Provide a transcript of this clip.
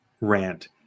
rant